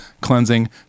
cleansing